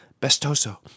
Bestoso